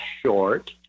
short